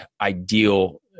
ideal